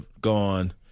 gone